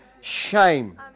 shame